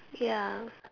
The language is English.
ya